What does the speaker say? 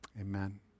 Amen